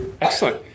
Excellent